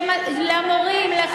זה לא נכון,